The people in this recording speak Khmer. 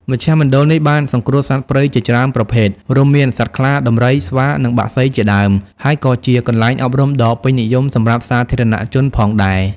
មជ្ឈមណ្ឌលនេះបានសង្គ្រោះសត្វព្រៃជាច្រើនប្រភេទ រួមមានសត្វខ្លា ដំរី ស្វា និងបក្សីជាដើម ហើយក៏ជាកន្លែងអប់រំដ៏ពេញនិយមសម្រាប់សាធារណជនផងដែរ។